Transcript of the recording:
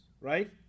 right